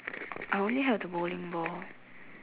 I only have the bowling ball